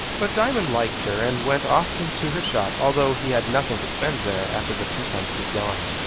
but diamond liked her, and went often to her shop, although he had nothing to spend there after the twopence was gone.